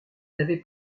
n’avez